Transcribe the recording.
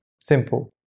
Simple